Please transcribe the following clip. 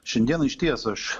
šiandien išties aš